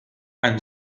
and